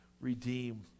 redeem